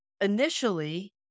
Initially